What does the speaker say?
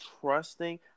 trusting